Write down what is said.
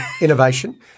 innovation